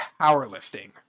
Powerlifting